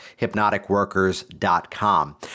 hypnoticworkers.com